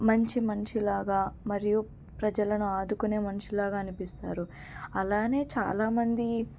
మంచి మనిషిలాగా మరియు ప్రజలను ఆదుకునే మనిషిలాగా అనిపిస్తారు అలానే చాలామంది